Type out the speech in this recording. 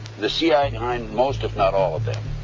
the cia behind most if not all of them.